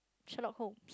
Sherlock-Holmes